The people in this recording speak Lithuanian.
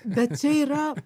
bet čia yra